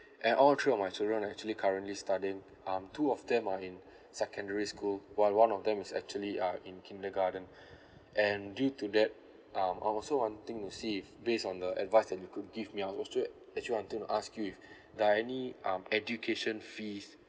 and all three of my children actually currently studying um two of them are in secondary school while one of them is actually uh in kindergarten and due to that um I also wanting to see if based on the advice that you could give me I also actually wanting to ask you if there're any um education fees